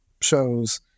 shows